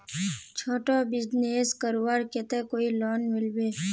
छोटो बिजनेस करवार केते कोई लोन मिलबे?